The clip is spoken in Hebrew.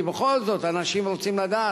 כי בכל זאת אנשים רוצים לדעת.